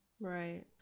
Right